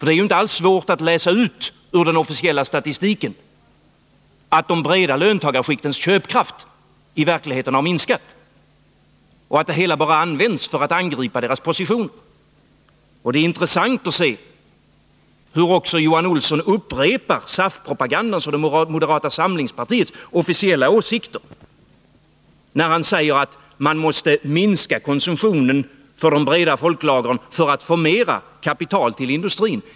Det är ju inte alls svårt att läsa ut ur den officiella statistiken att de breda löntagarskiktens köpkraft i verkligheten har minskat. Det hela används ju bara för att angripa deras positioner. Det är intressant att se hur också Johan Olsson upprepar SAF propagandans och moderata samlingspartiets officiella åsikter när han säger att man måste minska konsumtionen för de breda folklagren för att få mera pengar till industrin.